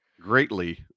greatly